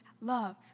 love